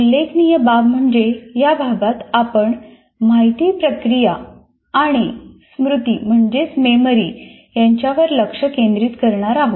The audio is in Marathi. उल्लेखनीय बाब म्हणजे या भागात आपण माहिती प्रक्रिया आणि मेमरी यांच्यावर लक्ष केंद्रित करणार आहोत